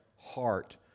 heart